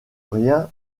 rien